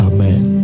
Amen